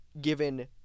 given